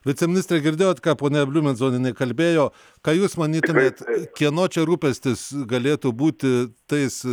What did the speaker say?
viceministre girdėjot ką ponia bliumenzonienė kalbėjo ką jūs manytumėt kieno čia rūpestis galėtų būti tais